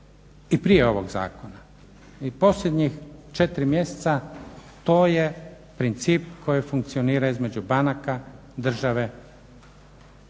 i prije ovog zakona. U posljednjih 4 mjeseca to je princip koji funkcionira između banaka, države.